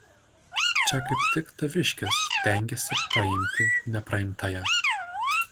čia kaip tik taviškis stengiasi praimti nepraimtąją